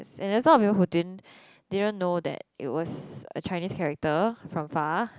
and there a lot of people who din didn't know that it was a Chinese character from far